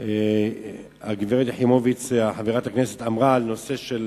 שהגברת יחימוביץ אמרה על נושא של